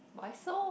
but I so